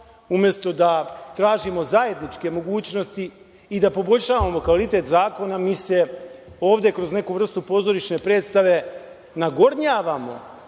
Umesto da tražimo zajedničke mogućnosti i da poboljšavamo kvalitet zakona, mi se ovde kroz neku vrstu pozorišne predstave nadgornjavamo